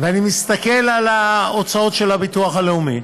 ואני מסתכל על ההוצאות של הביטוח הלאומי